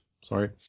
sorry